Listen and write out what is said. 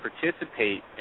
participate